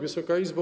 Wysoka Izbo!